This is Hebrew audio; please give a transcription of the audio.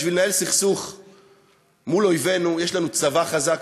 בשביל לנהל סכסוך מול אויבינו, יש לנו צבא חזק,